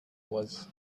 was